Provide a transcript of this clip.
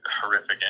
horrific